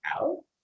out